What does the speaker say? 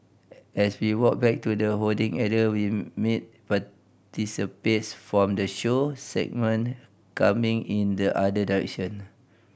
as we walk back to the holding area we meet participants from the show segment coming in the other direction